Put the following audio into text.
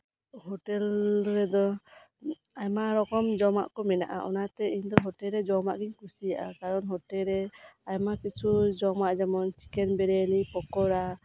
hotel ᱨᱮᱫᱚ ᱟᱭᱢᱟ ᱨᱚᱠᱚᱢ ᱡᱚᱢᱟᱜ ᱠᱚ ᱢᱮᱱᱟᱜᱼᱟ ᱚᱱᱟᱛᱮ ᱤᱧ ᱫᱚ ᱦᱳᱴᱮᱞ ᱨᱮ ᱡᱚᱢᱟᱜ ᱜᱤᱧ ᱠᱩᱥᱤᱭᱟᱜᱼᱟ ᱠᱟᱨᱚᱱ ᱦᱳᱴᱮᱞ ᱨᱮ ᱟᱭᱢᱟ ᱠᱤᱪᱷᱩ ᱡᱚᱢᱟᱜ ᱡᱮᱢᱚᱱ ᱪᱤᱠᱮᱱ ᱵᱨᱤᱭᱟᱱᱤ ᱯᱚᱠᱳᱲᱟ